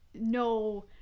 no